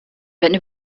wenn